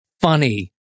funny